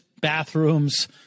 bathrooms